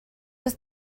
was